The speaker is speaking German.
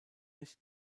nicht